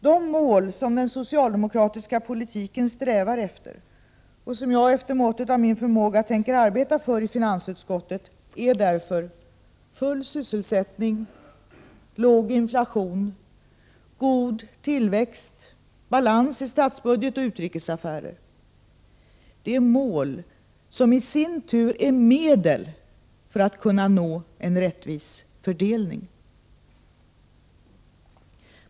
De mål som den socialdemokratiska politiken strävar efter — och som jag, efter måttet av min förmåga, tänker arbeta för i finansutskottet — är därför full sysselsättning, låg inflation, god tillväxt, balans i statsbudget och utrikes affärer. De är mål, som i sin tur är medel för att kunna nå en rättvis fördelning.